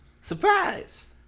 Surprise